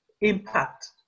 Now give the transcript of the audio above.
impact